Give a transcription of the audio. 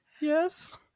yes